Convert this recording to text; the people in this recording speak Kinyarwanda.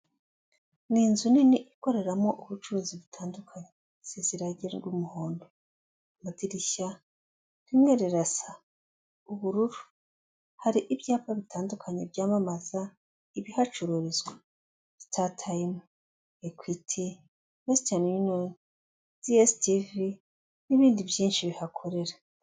Ni inzu nini ikoreramo ubucuruzi butandukanye, izize irangi ry'umuhondo, amadirishya rimwe rirasa ubururu, hari ibyapa bitandukanye byamamaza ibihacururizwa Statartime, Equit, Western Union, DStv n'ibindi byinshi bihakorera.